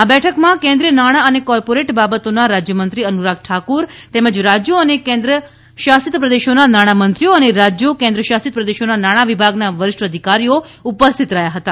આ બેઠકમાં કેન્દ્રીય નાણાં અને કોર્પોરેટ બાબતોના રાજ્યમંત્રી અનુરાગ ઠાકુર તેમજ રાજ્યો અને કેન્દ્ર શાસિત પ્રદેશોના નાણામંત્રીઓ અને રાજ્યો કેન્દ્ર શાસિત પ્રદેશોના નાણાં વિભાગના વરિષ્ઠ અધિકારીઓ ઉપસ્થિત રહ્યા હતા